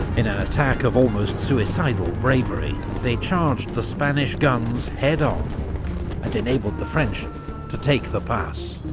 in an attack of almost suicidal bravery, they charged the spanish guns head-on and enabled the french to take the pass.